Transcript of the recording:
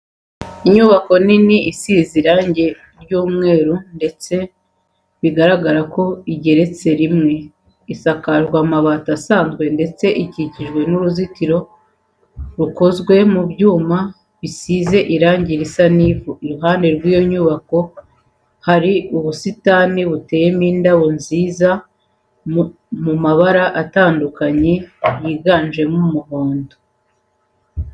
Inyubako nini isize irange ry'umweru ndetse bigaragara ko igeretse rimwe, isakajwe amabati asanzwe ndetse ikikijwe n'uruzitiro rukozwe mu byuma bisize irange risa n'ivu. Iruhande rw'iyo nyubako hari ubusitani buteyemo indabo nziza xiri mu mabara atandukanye yiganjemo umuhondo.